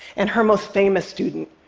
and her most famous student,